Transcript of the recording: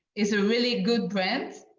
it's a really good brand.